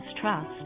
Trust